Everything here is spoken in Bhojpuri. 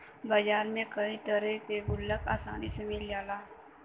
बाजार में कई तरे के गुल्लक आसानी से मिल जाला